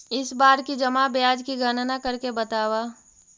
इस बार की जमा ब्याज की गणना करके बतावा